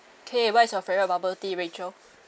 okay what is your favourite bubble tea rachel